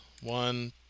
one